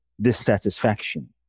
dissatisfaction